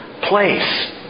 place